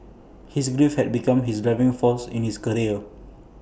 his grief had become his driving force in his career